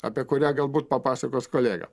apie kurią galbūt papasakos kolega